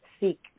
seek